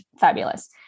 Fabulous